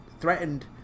threatened